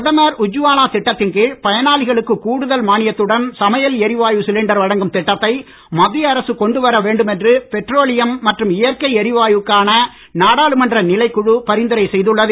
பிரதமர் உஜ்வாலா திட்டத்தின் கீழ் பயனாளிகளுக்கு கூடுதல் மானியத்துடன் சமையல் எரிவாயு சிலிண்டர் வழங்கும் திட்டத்தை மத்திய அரசு கொண்டு வர வேண்டும் என்று பெட்ரோலியம் மற்றும் இயற்கை எரிவாயுக்கான நாடாளுமன்ற நிலைக்குழு பரிந்துரை செய்துள்ளது